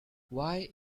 why